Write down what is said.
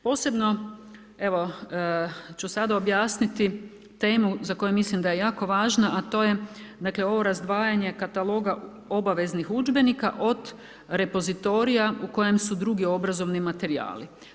Posebno, evo ću sada objasniti temu za koju mislim da je jako važna, a to je dakle ovo razdvajanje kataloga obveznih udžbenika od repozitorija u kojem su drugi obrazovni materijali.